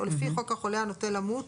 או לפי חוק החולה הנוטה למות.